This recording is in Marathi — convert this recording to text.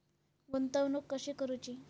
गुंतवणूक कशी करूची?